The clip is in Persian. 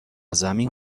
زمین